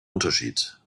unterschied